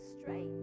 straight